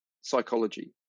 psychology